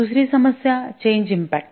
दुसरी समस्या change impact